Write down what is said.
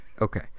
Okay